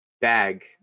bag